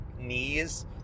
knees